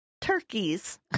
turkeys